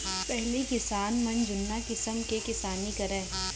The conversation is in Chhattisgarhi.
पहिली किसान मन जुन्ना किसम ले किसानी करय